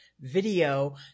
video